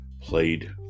played